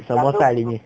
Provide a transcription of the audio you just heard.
什么在里面